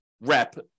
rep